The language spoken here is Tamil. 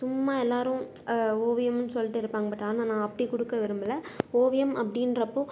சும்மா எல்லோரும் ஓவியம் சொல்லிட்டு இருப்பாங்க பட் ஆனால் நான் அப்படி கொடுக்க விரும்பலை ஓவியம் அப்படின்றப்போது